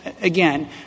again